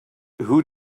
who